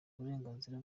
uburenganzira